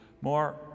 more